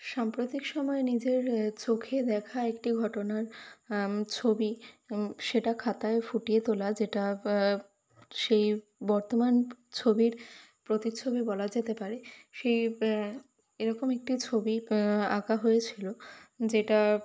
সাম্প্রতিক সময়ে নিজের চোখে দেখা একটি ঘটনার ছবি সেটা খাতায় ফুটিয়ে তোলা যেটা সেই বর্তমান ছবির প্রতিচ্ছবি বলা যেতে পারে সেই এরকম একটি ছবি আঁকা হয়েছিল যেটা